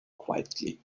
quietly